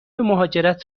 مهاجرت